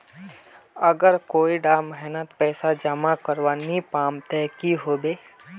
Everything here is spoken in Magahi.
अगर कोई डा महीनात पैसा जमा करवा नी पाम ते की होबे?